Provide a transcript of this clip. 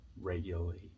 regularly